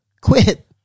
Quit